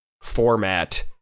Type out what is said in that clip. format